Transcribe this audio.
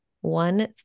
one